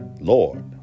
Lord